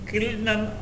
Kilnam